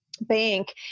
bank